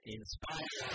inspire